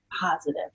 positive